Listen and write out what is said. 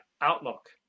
outlook